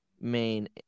main